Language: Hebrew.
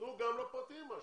תנו גם לפרטיים משהו.